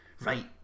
right